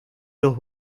los